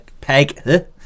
Peg